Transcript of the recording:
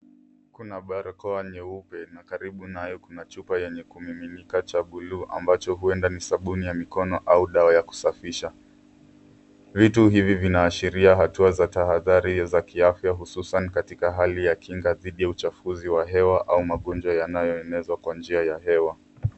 Kuna barakoa nyeupe na karibu nayo kuna chupa yenye kumiminika cha bluu ambacho huenda ni sabuni ya mikono au dawa ya kusafisha. vitu hivi vinaashiria hatua za tahadhari za kiafya hususani hali ya kinga dhidi ya uchafuzi wa hewa au magonjwa yanayoenezwa kwa njia ya hewa.